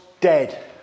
dead